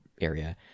area